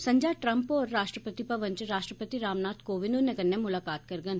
संजा श्री ट्रंप होर राश्ट्रपति भवन च राश्ट्रपति रामनाथ कोविंद हुंदे कन्नै मुलाकात करगन